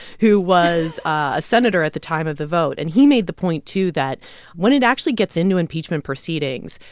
who was a senator at the time of the vote. and he made the point, too, that when it actually gets into impeachment proceedings,